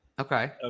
okay